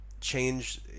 change